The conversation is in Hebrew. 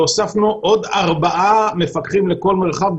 שהוספנו עוד ארבעה מפקחים לכל מרחב,